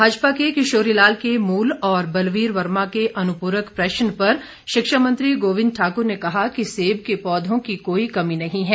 भाजपा के किशोरी लाल के मूल और बलवीर वर्मा के अनुपूरक प्रश्न पर शिक्षा मंत्री गोविंद ठाकुर ने कहा कि सेब के पौधों की कोई कमी नहीं है